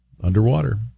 underwater